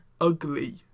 ugly